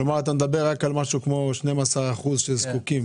כלומר אתה מדבר על משהו כמו 12% שזקוקים ל ---?